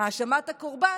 האשמת הקורבן,